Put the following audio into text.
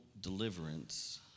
deliverance